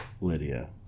Lydia